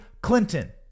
Clinton